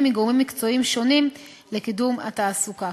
מגורמים מקצועיים שונים לקידום התעסוקה.